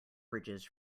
bridges